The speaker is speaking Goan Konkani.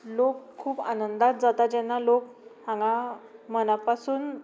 खूब आनंदांत जाता जेन्ना लोक हांगा मना पासून